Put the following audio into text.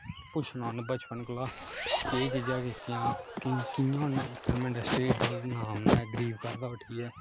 पुच्छना उ'न्न बचपन कोला केह् चीजां कीतियां कि'यां उ'न्न फिल्म इंडस्ट्री च नाम बनाया इक गरीब घर दा उट्ठियै